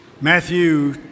Matthew